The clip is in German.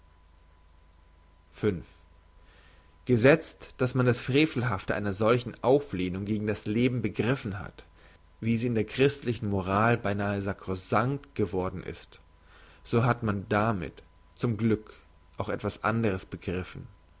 gesetzt dass man das frevelhafte einer solchen auflehnung gegen das leben begriffen hat wie sie in der christlichen moral beinahe sakrosankt geworden ist so hat man damit zum glück auch etwas andres begriffen